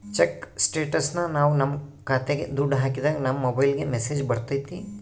check ಸ್ಟೇಟಸ್ನ ನಾವ್ ನಮ್ ಖಾತೆಗೆ ದುಡ್ಡು ಹಾಕಿದಾಗ ನಮ್ ಮೊಬೈಲ್ಗೆ ಮೆಸ್ಸೇಜ್ ಬರ್ತೈತಿ